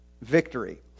victory